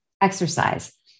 exercise